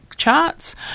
charts